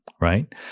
right